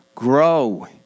Grow